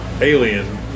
alien